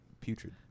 Putrid